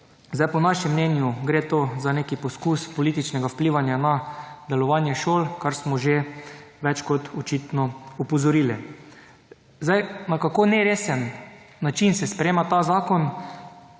Zdaj po našem mnenju gre to za neki poskus političnega vplivanja na delovanje šol, kar smo že več kot očitno opozorili. Zdaj, na kako neresen način se sprejema ta zakon,